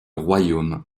royaume